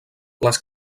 les